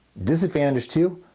disadvantage two,